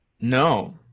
No